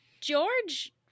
George